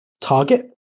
target